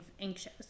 anxious